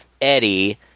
Eddie